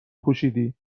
پوشیدی